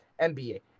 NBA